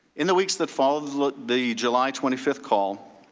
in the weeks that followed the july twenty fifth call,